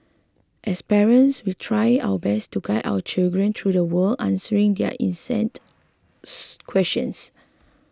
as parents we try our best to guide our children through the world answering their incessant questions